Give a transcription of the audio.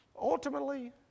ultimately